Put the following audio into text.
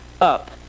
up